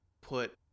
put